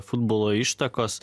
futbolo ištakos